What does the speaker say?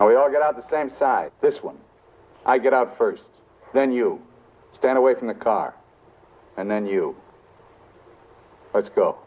and we all get out the same side this one i get out first then you stand away from the car and then you go